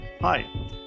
Hi